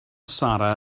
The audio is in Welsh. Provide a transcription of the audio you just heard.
sara